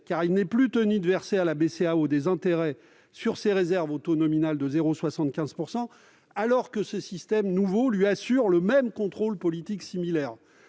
car il n'est plus tenu de verser à la BCEAO des intérêts sur ses réserves au taux nominal de 0,75 %, alors que ce nouveau système assure à la France le même contrôle politique